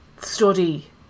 study